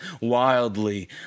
wildly